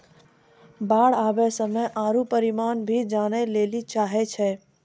बाढ़ आवे के समय आरु परिमाण भी जाने लेली चाहेय छैय?